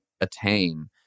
attain